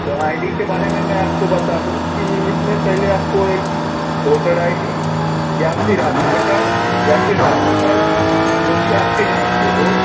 तो I D के बारे में मैं आपको बता दूँ कि इसमें पहले आपको एक वोटर आई डी या फ़िर आधार कार्ड या फ़िर राशन कार्ड जो कि आपके नाम से हो